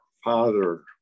Father